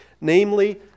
Namely